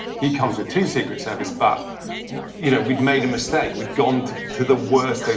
he comes with two secret service, but you know, we'd made a mistake. we'd gone to to the worst so